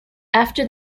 after